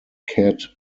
cat